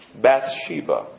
Bathsheba